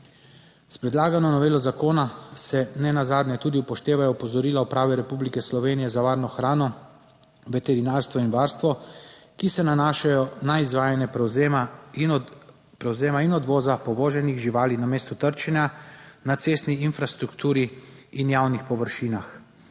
S predlagano novelo zakona se ne nazadnje tudi upoštevajo opozorila Uprave Republike Slovenije za varno hrano, veterinarstvo in varstvo, ki se nanašajo na izvajanje prevzema in, prevzema in odvoza povoženih živali na mesto trčenja na cestni infrastrukturi in javnih površinah.